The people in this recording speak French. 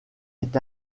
est